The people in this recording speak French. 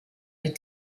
les